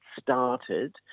started